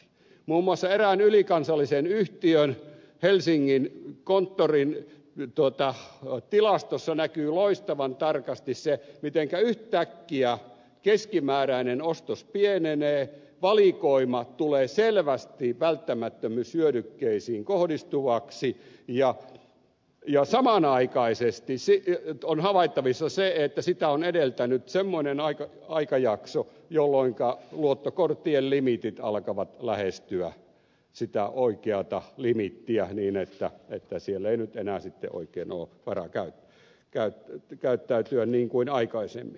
muun muassa erään ylikansallisen yhtiön helsingin konttorin tilastossa näkyy loistavan tarkasti se mitenkä yhtäkkiä keskimääräinen ostos pienenee valikoima tulee selvästi välttämättömyyshyödykkeisiin kohdistuvaksi ja samanaikaisesti on havaittavissa se että sitä on edeltänyt semmoinen aikajakso jolloinka luottokorttien limiitit alkavat lähestyä sitä oikeata limiittiä niin että siellä ei nyt enää sitten oikein ole varaa käyttäytyä niin kuin aikaisemmin